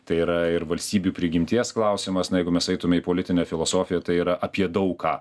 tai yra ir valstybių prigimties klausimas na jeigu mes eitume į politinę filosofiją tai yra apie daug ką